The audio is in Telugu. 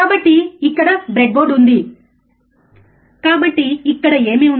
కాబట్టి ఇక్కడ బ్రెడ్బోర్డ్ ఉంది కాబట్టి ఇక్కడ ఏమి ఉంది